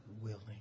willing